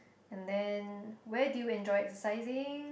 and then where do you enjoy exercising